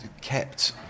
kept